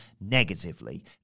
negatively